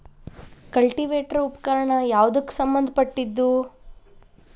Cultivator ಉಪಕರಣ ಯಾವದಕ್ಕ ಸಂಬಂಧ ಪಟ್ಟಿದ್ದು?